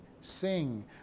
sing